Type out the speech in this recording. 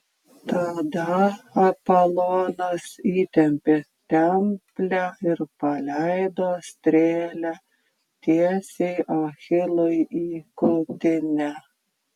tada apolonas įtempė templę ir paleido strėlę tiesiai achilui į krūtinę